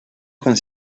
con